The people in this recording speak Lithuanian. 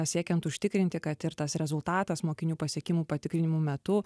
siekiant užtikrinti kad ir tas rezultatas mokinių pasiekimų patikrinimų metu